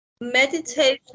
Meditation